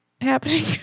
happening